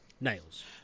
nails